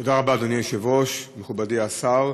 תודה רבה, אדוני היושב-ראש, מכובדי השר,